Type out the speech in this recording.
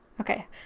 okay